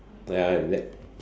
ya relax